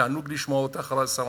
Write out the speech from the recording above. תענוג לשמוע אותך, השרה,